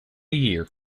year